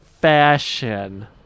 fashion